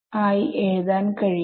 ആയി എഴുതാൻ കഴിയും